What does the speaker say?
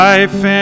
Life